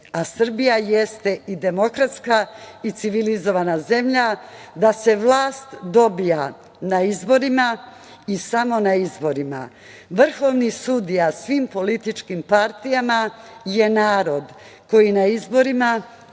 a Srbija jeste i demokratska i civilizovana zemlja, da se vlast dobija na izborima i samo na izborima. Vrhovni sudija svim političkim partijama je narod, koji na izborima